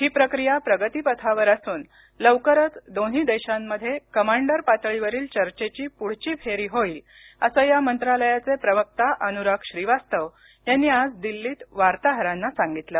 ही प्रक्रिया प्रगतिपथावर असून लवकरच दोन्ही देशांमध्ये कमांडर पातळीवरील चर्चेची पुढची फेरी लवकरच होईल असं या मंत्रालयाचे प्रवक्ता अनुराग श्रीवास्तव यांनी आज दिल्लीत वार्ताहरांना सांगितलं